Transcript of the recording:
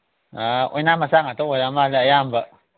ꯑꯥ ꯑꯣꯏꯅꯥꯝ ꯃꯆꯥ ꯉꯥꯛꯇ ꯑꯣꯏꯔꯃꯥꯜꯂꯦ ꯑꯌꯥꯝꯕ